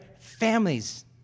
families